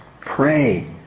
Pray